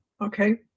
Okay